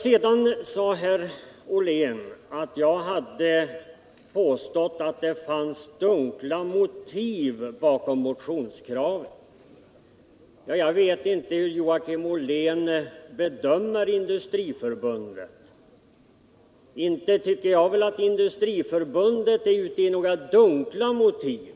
Sedan sade herr Ollén att jag hade påstått att det fanns dunkla motiv bakom motionskravet. Jag vet ju inte hur Joakim Ollén bedömer Industriförbundet. Inte tycker jag att Industriförbundet har några dunkla motiv.